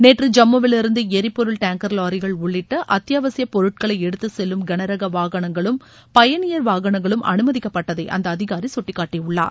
நேற்று ஜம்முவிலிருந்து எரிபொருள் டேங்கர் லாரிகள் உள்ளிட்ட அத்தியாவசியப் பொருட்களை எடுத்துச்செல்லும் கனரக வாகனங்களும் பயனியர் வாகனங்களும் அனுமதிக்கப்பட்டதை அந்த அதிகாரி சுட்டிக்காட்டியுள்ளார்